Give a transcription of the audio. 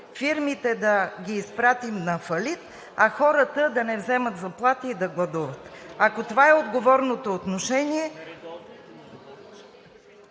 фирмите да ги изпратим на фалит, а хората да не вземат заплати и да гладуват. Ако това е отговорното отношение…